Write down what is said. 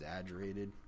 exaggerated